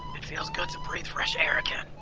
it feels good to breathe fresh air again.